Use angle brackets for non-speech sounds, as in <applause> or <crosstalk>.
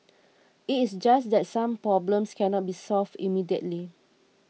<noise> it is just that some problems cannot be solved immediately